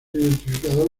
identificado